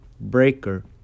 Breaker